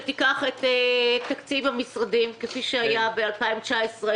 שתיקח את תקציב המשרדים כפי שהיה ב-2019,